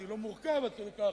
אני לא מורכב עד כדי כך,